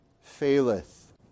faileth